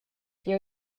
jeu